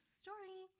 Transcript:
story